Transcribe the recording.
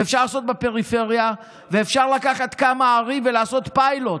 אפשר לעשות בפריפריה ואפשר לקחת כמה ערים ולעשות פיילוט.